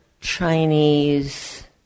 Chinese